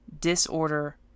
disorder